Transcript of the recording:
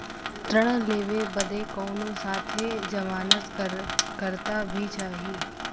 ऋण लेवे बदे कउनो साथे जमानत करता भी चहिए?